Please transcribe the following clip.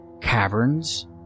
caverns